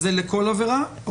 הוא לכל עבירה?